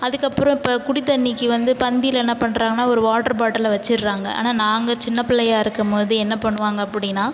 அதற்கப்றோ இப்போ குடி தண்ணிக்கு வந்து பந்தியில என்ன பண்ணுறாங்கன்னா ஒரு வாட்டர் பாட்டலை வச்சுருறாங்க ஆனால் நாங்கள் சின்ன பிள்ளையா இருக்கும்போது என்ன பண்ணுவாங்க அப்படின்னா